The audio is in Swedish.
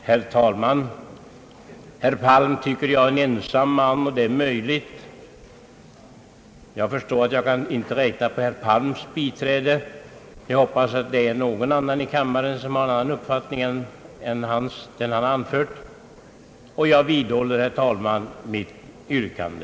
Herr talman! Herr Palm tycker att jag är en ensam man, och det är möjligt att jag är det. Jag förstår att jag inte kan räkna med herr Palms biträde, men jag hoppas att det finns någon i kammaren som har en annan uppfattning än den herr Palm anfört. Herr talman! Jag vidhåller mitt yrkande.